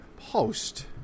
Post